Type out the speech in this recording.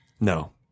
No